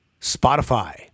Spotify